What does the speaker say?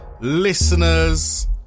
listeners